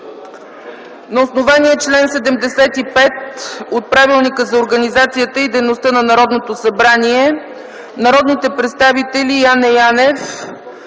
на основание чл. 75 от Правилника за организацията и дейността на Народното събрание народните представители Яне Янев,